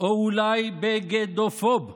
או אולי בגדופוב,